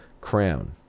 Crown